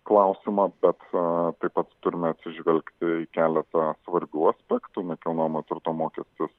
klausimą bet taip pat turime atsižvelgti į keletą svarbių aspektų nekilnojamo turto mokestis